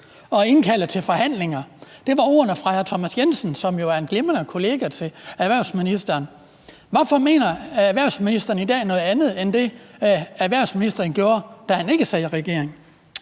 og indkalde til forhandlinger ...«. Det var ordene fra hr. Thomas Jensen, som jo er en glimrende kollega til erhvervsministeren. Hvorfor mener erhvervsministeren i dag noget andet end det, erhvervsministeren gjorde, da han ikke sad i regering?